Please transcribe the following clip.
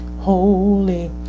holy